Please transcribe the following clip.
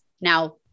Now